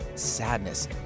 Sadness